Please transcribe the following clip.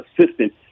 assistant